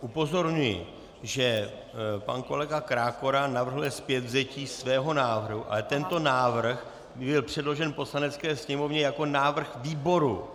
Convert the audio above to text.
Upozorňuji, že pan kolega Krákora navrhuje zpětvzetí svého návrhu, ale tento návrh byl předložen Poslanecké sněmovně jako návrh výboru.